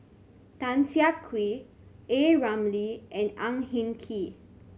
Tan Siah Kwee A Ramli and Ang Hin Kee